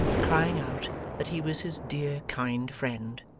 crying out that he was his dear kind friend.